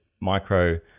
micro